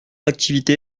d’activité